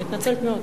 אני מתנצלת מאוד.